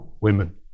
women